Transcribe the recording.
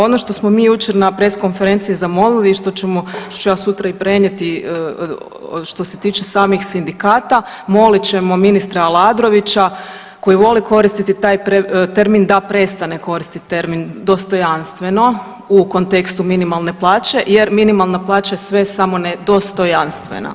Ono što smo mi jučer na press konferenciji zamolili i što ću ja sutra i prenijeti što se tiče samih sindikata molit ćemo ministra Aladrovića koji voli koristiti taj termin da prestane koristit termin dostojanstveno u kontekstu minimalne plaće jer minimalna plaća je sve samo ne dostojanstvena.